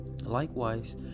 Likewise